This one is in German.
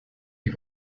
die